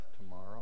tomorrow